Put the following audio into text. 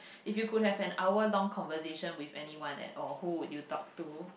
if you could have an hour long conversation with anyone at all who would you talk to